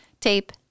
tape